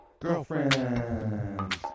Girlfriend